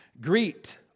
greet